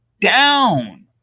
down